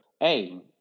Hey